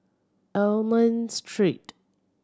Almond Street